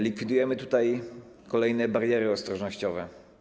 Likwidujemy kolejne bariery ostrożnościowe.